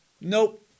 nope